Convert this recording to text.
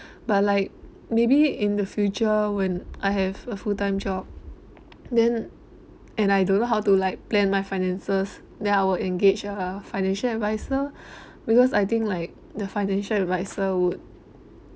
but like maybe in the future when I have a full-time job then and I don't know how to like plan my finances then I will engage a financial advisor because I think like the financial advisor would